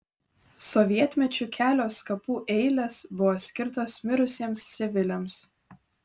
sovietmečiu kelios kapų eilės buvo skirtos mirusiems civiliams